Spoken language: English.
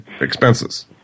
expenses